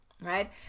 right